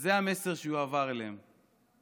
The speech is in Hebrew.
וזה המסר שיועבר אליהם.